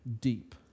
deep